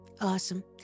Awesome